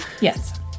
Yes